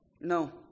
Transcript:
No